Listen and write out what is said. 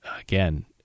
Again